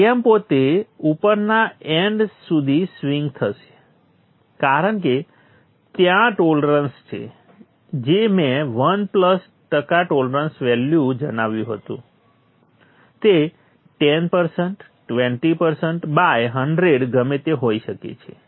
Vm પોતે ઉપરના end સુધી સ્વિંગ થઈ શકે છે કારણ કે ત્યાં ટોલરન્સ છે જે મેં 1 પ્લસ ટકા ટોલરન્સ વેલ્યુ જણાવ્યું હતું તે 10 20 બાય 100 ગમે હોઇ શકે છે